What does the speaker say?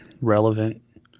relevant